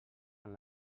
amb